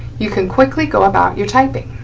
you can quickly go about your typing.